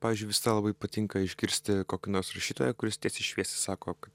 pavyžiui visada labai patinka išgirsti kokį nors rašytoją kuris tiesiai šviesiai sako kad